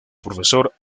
profesor